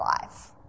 life